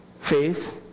faith